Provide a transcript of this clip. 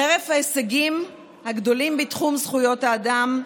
חרף ההישגים הגדולים בתחום זכויות האדם,